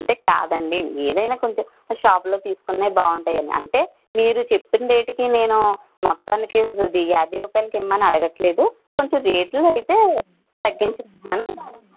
అంటే కాదండీ మీరు అయినా కొంచెం షాప్లో తీసుకున్నవి బాగుంటాయి అని అంటే మీరు చెప్పిన రేటుకి నేను మొత్తానికి అది యాభై రూపాయాలకి ఇమ్మని అడగటం లేదు కొంచెం రేట్లు అయితే తగ్గించమంటున్నాను